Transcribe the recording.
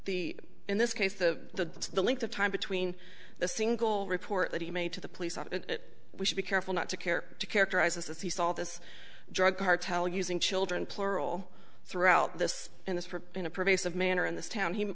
the in this case the the length of time between the single report that he made to the police and we should be careful not to care to characterize this as he's all this drug cartel using children plural throughout this in this for in a pervasive manner in this town he